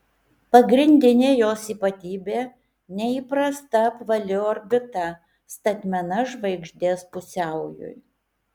pagrindinė jos ypatybė neįprasta apvali orbita statmena žvaigždės pusiaujui